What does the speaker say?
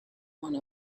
one